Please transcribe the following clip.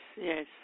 yes